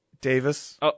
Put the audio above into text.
Davis